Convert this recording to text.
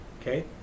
okay